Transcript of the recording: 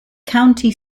county